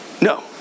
No